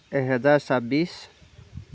এহেজাৰ ছাব্বিছ